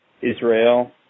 Israel